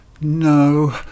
No